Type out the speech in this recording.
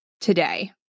today